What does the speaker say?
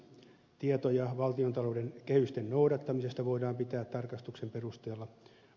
tietoja valtiontalouden kehysten noudattamisesta voidaan pitää tarkastuksen perusteella oikeina